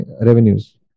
revenues